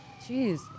jeez